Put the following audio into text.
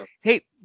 Hey